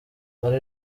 danny